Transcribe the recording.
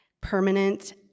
permanent